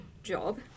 job